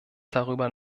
darüber